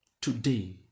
Today